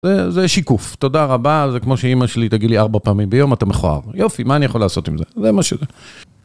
זה-זה שיקוף, תודה רבה, זה כמו שאימא שלי תגיד לי ארבע פעמים ביום אתה מכוער. יופי, מה אני יכול לעשות עם זה? זה מה שזה.